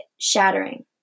shattering